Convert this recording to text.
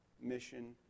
mission